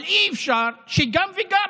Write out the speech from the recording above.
אבל אי-אפשר שגם וגם,